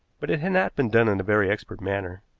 but it had not been done in a very expert manner.